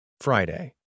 Friday